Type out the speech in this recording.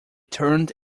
turned